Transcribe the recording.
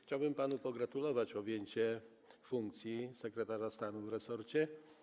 Chciałbym panu pogratulować objęcia funkcji sekretarza stanu w resorcie.